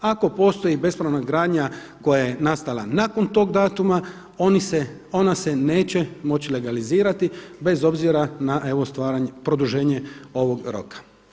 Ako postoji bespravna gradnja koja je nastala nakon tog datuma ona se neće moći legalizirati bez obzira na evo produženje ovog roka.